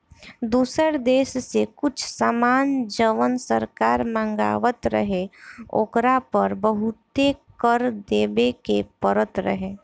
दुसर देश से कुछ सामान जवन सरकार मँगवात रहे ओकरा पर बहुते कर देबे के परत रहे